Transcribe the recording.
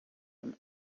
him